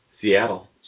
Seattle